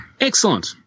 Excellent